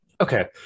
Okay